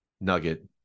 Nugget